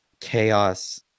chaos